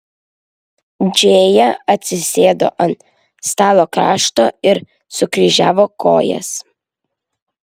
džėja atsisėdo ant stalo krašto ir sukryžiavo kojas